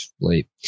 late